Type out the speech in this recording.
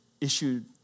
issued